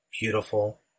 beautiful